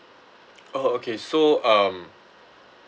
oh okay so um